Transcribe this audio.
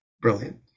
brilliant